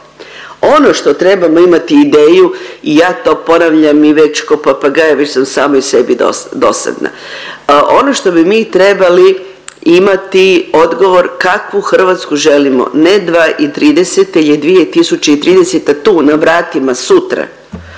Ono što trebamo imati ideju i ja to ponavljam i već ko papagaj već sam sama i sebi dosadna, ono što bi mi trebali imati odgovor kakvu Hrvatsku želimo ne 2030. jer je 2030. tu na vratima sutra